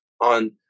on